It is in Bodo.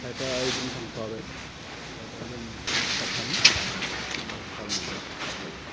खायफा ओइदिन थांफाबाय खायजा जों साथाम न'आव थालांबाय आफादजों